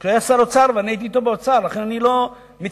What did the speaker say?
הוא היה שר האוצר ואני הייתי אתו באוצר ולכן אני לא מתכחש,